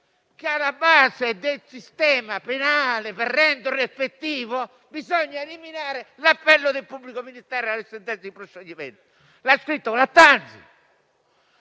che alla base del sistema penale, per renderlo effettivo, bisogna eliminare l'appello del pubblico ministero alle sentenze di proscioglimento. Lo ha scritto Lattanzi